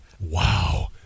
Wow